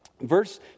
Verse